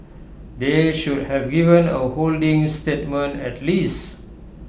they should have given A holding statement at least